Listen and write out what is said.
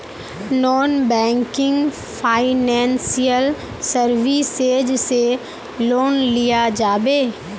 Non banking financial services से loan लिया जाबे?